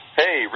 hey